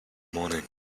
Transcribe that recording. morning